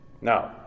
Now